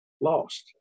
lost